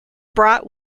brought